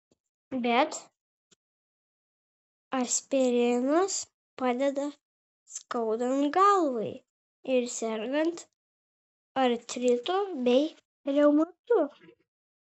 bet aspirinas padeda skaudant galvai ir sergant artritu bei reumatu